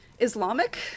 Islamic